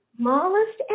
Smallest